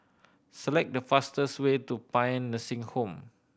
select the fastest way to Paean Nursing Home